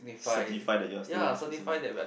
seventy five that you are staying with this person